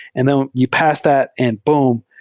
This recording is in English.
and them you pass that and, boom!